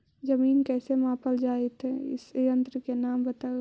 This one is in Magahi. जमीन कैसे मापल जयतय इस यन्त्र के नाम बतयबु?